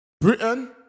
Britain